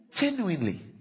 genuinely